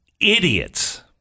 idiots